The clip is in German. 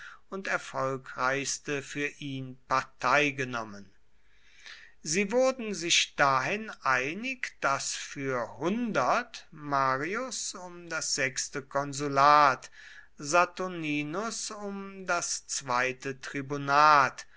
und erfolgreichste für ihn partei genommen sie wurden sich dahin einig daß für marius um das sechste konsulat saturninus um das zweite tribunat